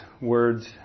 words